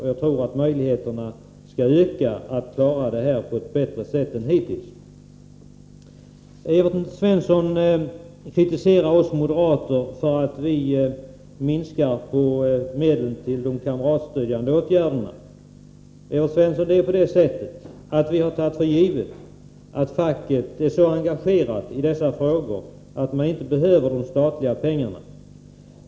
Då kommer möjligheterna att klara av det här på ett bättre sätt än hittills att öka. Evert Svensson kritiserar oss moderater för att vi vill minska medlen till kamratstödjande åtgärder. Vi har emellertid, Evert Svensson, tagit för givet att facket är så engagerat i dessa frågor att man inte behöver de statliga pengarna.